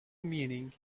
meaning